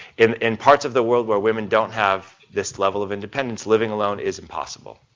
in in parts of the world where women don't have this level of independence, living alone is impossible.